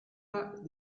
pas